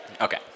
Okay